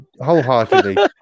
Wholeheartedly